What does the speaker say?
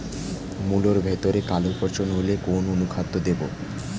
মুলোর ভেতরে কালো পচন হলে কোন অনুখাদ্য দেবো?